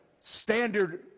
standard